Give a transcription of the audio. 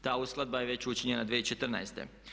Ta uskladba je već učinjena 2014.